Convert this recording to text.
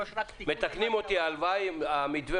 מתקנים אותי המתווה